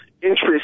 Interest